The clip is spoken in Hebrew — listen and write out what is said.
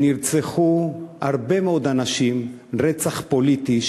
שנרצחו בה הרבה מאוד אנשים רצח פוליטי,